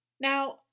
Now